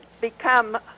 become